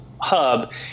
hub